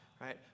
right